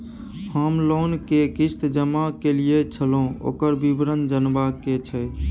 हम लोन के किस्त जमा कैलियै छलौं, ओकर विवरण जनबा के छै?